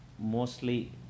Mostly